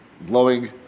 blowing